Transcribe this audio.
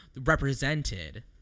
represented